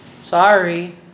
Sorry